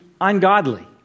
ungodly